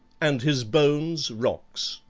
and his bones rocks.